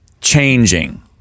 changing